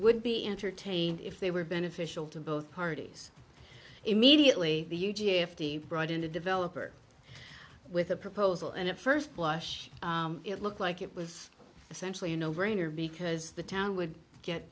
would be entertained if they were beneficial to both parties immediately the u g if he brought in a developer with a proposal and at first blush it looked like it was essentially a no brainer because the town would get